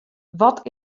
wat